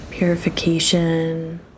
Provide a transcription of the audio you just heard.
Purification